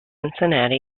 cincinnati